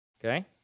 Okay